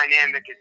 dynamic